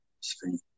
Screen